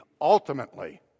ultimately